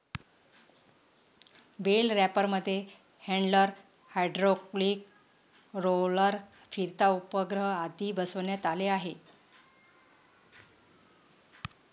bell रॅपरमध्ये handler, hydraulic roller, फिरता उपग्रह आदी बसवण्यात आले आहे